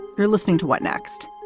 you're listening to what next?